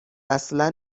اصلا